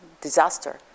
disaster